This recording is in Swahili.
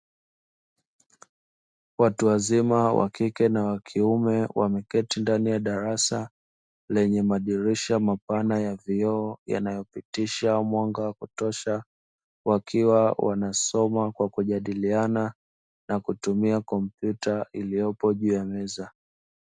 Watu wazima wa kike na wa kiume wameketi ndani ya darasa lenye madirisha mapana ya vioo yanayopitisha mwanga wa kutosha, wakiwa wanasoma na kujadiliana na kutumia kompyuta iliyopo juu ya meza.